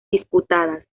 disputadas